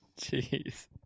Jeez